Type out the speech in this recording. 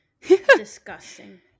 Disgusting